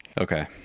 Okay